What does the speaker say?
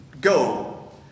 go